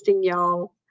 y'all